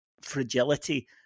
fragility